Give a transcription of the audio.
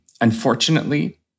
Unfortunately